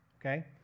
Okay